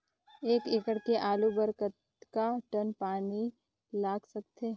एक एकड़ के आलू बर कतका टन पानी लाग सकथे?